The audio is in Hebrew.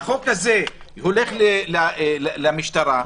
החוק הזה הולך למשטרה,